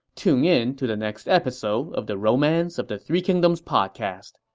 tune in to the next episode of the romance of the three kingdoms podcast.